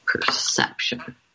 Perception